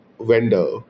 vendor